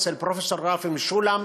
אצל פרופסור רפי משולם,